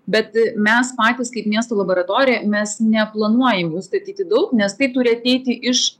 bet mes patys kaip miesto laboratorija mes neplanuojam jų statyti daug nes tai turi ateiti iš